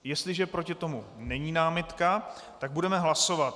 Jestliže proti tomu není námitka, tak budeme hlasovat.